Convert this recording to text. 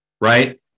right